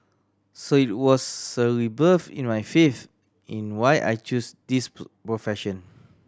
so it was rebirth in my faith in why I chose this profession